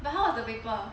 but how was the paper